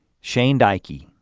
shane daiki,